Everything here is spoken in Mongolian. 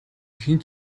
хэн